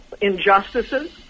injustices